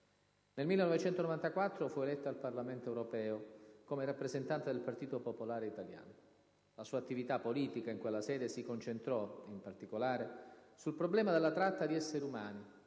Nel 1994 fu eletta al Parlamento europeo, come rappresentante del Partito popolare italiano: la sua attività politica in quella sede si concentrò, in particolare, sul problema della tratta di esseri umani,